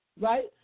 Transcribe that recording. right